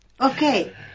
Okay